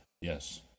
Yes